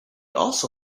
also